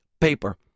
paper